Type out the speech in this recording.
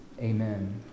amen